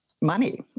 money